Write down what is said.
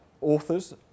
authors